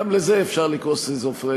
גם לזה אפשר לקרוא סכיזופרניה,